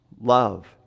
Love